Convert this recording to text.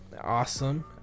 awesome